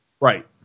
Right